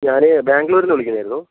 ഞാൻ ബാംഗ്ലൂറിൽനിന്ന് വിളിക്കുന്നതായിരുന്നു